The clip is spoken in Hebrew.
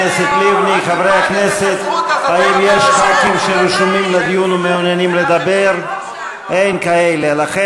והיום יושבת התנועה שמדברת בשמו, שהוא הקים,